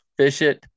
Fishit